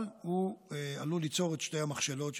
אבל הוא עלול ליצור את שתי המכשלות שדיברנו,